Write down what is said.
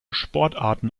sportarten